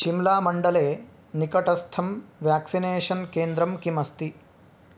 शिम्लामण्डले निकटस्थं व्याक्सिनेषन् केन्द्रं किमस्ति